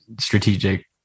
strategic